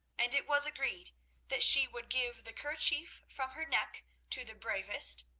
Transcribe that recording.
and it was agreed that she would give the kerchief from her neck to the bravest,